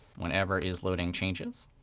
whenever is loading changes.